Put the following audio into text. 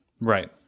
Right